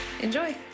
Enjoy